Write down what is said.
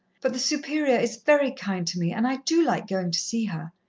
but the superior is very kind to me, and i do like going to see her.